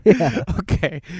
Okay